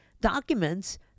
documents